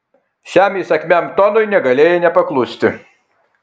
šiam įsakmiam tonui negalėjai nepaklusti